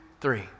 three